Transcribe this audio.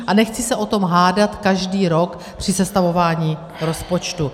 A nechci se o tom hádat každý rok při sestavování rozpočtu.